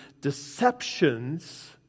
deceptions